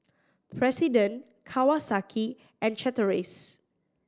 President Kawasaki and Chateraise